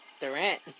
Durant